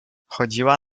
chodziła